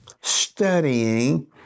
Studying